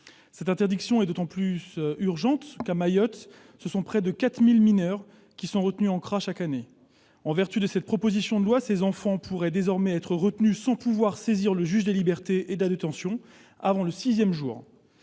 Cette interdiction est d'autant plus urgente que, à Mayotte, ce sont près de 4 000 mineurs qui sont retenus chaque année en centre de rétention administrative. En vertu de cette proposition de loi, ces enfants pourraient désormais être retenus sans pouvoir saisir le juge des libertés et de la détention avant le sixième jour